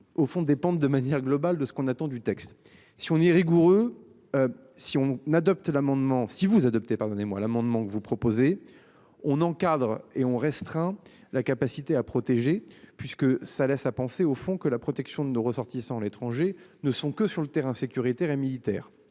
au fond dépendent de manière globale de ce qu'on attend du texte. Si on y rigoureux. Si on n'adopte l'amendement si vous adoptez, pardonnez-moi l'amendement que vous proposez. On encadre et on restreint la capacité à protéger puisque ça laisse à penser au fond que la protection de nos ressortissants à l'étranger ne sont que sur le terrain sécuritaire et militaire.